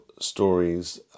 stories